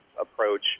approach